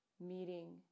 Meeting